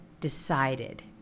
decided